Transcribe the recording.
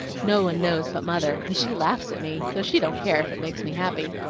no one knows but mother, and she laughs at me, though she don't care if it makes me happy.